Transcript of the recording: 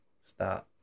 start